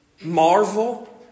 marvel